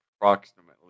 approximately